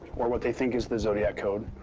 or what they think is the zodiac code.